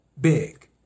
big